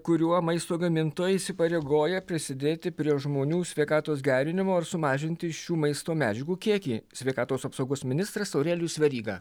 kuriuo maisto gamintojai įsipareigoja prisidėti prie žmonių sveikatos gerinimo ir sumažinti šių maisto medžiagų kiekį sveikatos apsaugos ministras aurelijus veryga